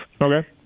Okay